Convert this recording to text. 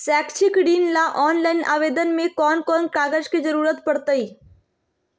शैक्षिक ऋण ला ऑनलाइन आवेदन में कौन कौन कागज के ज़रूरत पड़तई?